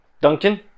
Duncan